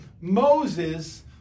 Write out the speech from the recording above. Moses